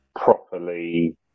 properly